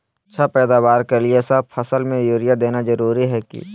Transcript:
अच्छा पैदावार के लिए सब फसल में यूरिया देना जरुरी है की?